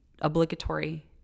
obligatory